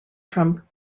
from